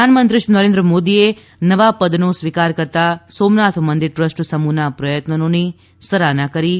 પ્રધાનમંત્રી શ્રી નરેન્દ્ર મોદીએ નવા પદનો સ્વીકાર કરતાં સોમનાથ મંદિર ટ્રસ્ટ સમૂહના પ્રયત્નોની સરાહના કરી હતી